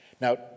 Now